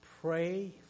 pray